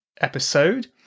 episode